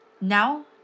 Now